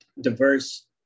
diverse